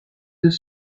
deux